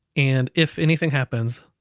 and if anything happens,